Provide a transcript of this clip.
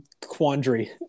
quandary